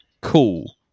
cool